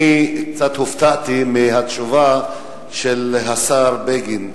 אני קצת הופתעתי מהתשובה של השר בגין.